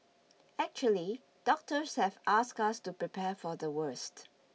actually doctors have asked us to prepare for the worst